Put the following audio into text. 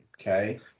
Okay